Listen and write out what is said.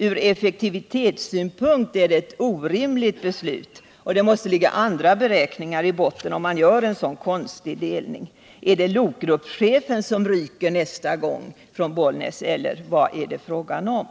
Från effektivitetssynpunkt är det ett orimligt beslut; det måste ligga andra beräkningar i botten, om man gör en sådan konstig delning. Är det lokgruppschefen som ryker nästa gång från Bollnäs eller vad är det fråga om?